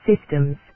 systems